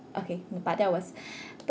okay but that was